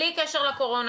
בלי קשר לקורונה,